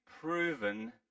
proven